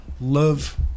love